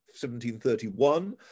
1731